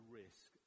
risk